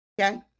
Okay